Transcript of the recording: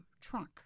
trunk